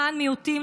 למען מיעוטים,